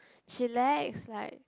chillax like